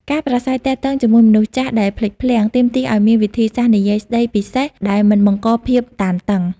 ការប្រាស្រ័យទាក់ទងជាមួយមនុស្សចាស់ដែលភ្លេចភ្លាំង ទាមទារឱ្យមានវិធីសាស្ត្រនិយាយស្តីពិសេសដែលមិនបង្កភាពតានតឹង។